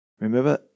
Remember